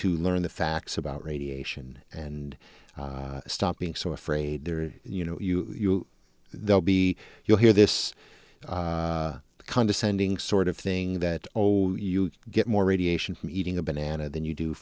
to learn the facts about radiation and stop being so afraid they're you know they'll be you'll hear this condescending sort of thing that oh you get more radiation from eating a banana than you do